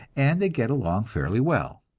and they get along fairly well.